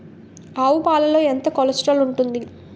ఆవు పాలలో ఎంత కొలెస్ట్రాల్ ఉంటుంది?